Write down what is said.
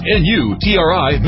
n-u-t-r-i